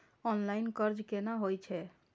Online कर्ज केना होई छै?